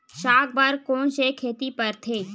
साग बर कोन से खेती परथे?